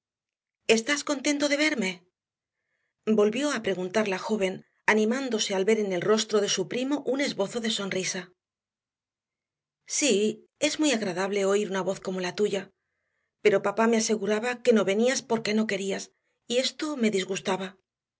estás contento de verme volvió a preguntar la joven animándose al ver en el rostro de su primo un esbozo de sonrisa sí es muy agradable oír una voz como la tuya pero papá me aseguraba que no venías porque no querías y esto me disgustaba